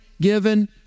given